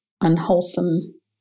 unwholesome